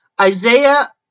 Isaiah